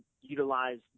utilize